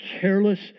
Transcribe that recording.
careless